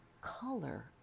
color